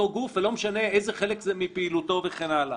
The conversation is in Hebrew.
גוף ולא משנה איזה חלק זה מפעילותו וכן הלאה.